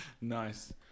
Nice